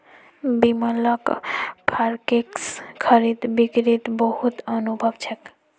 बिमलक फॉरेक्स खरीद बिक्रीत बहुत अनुभव छेक